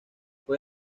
fue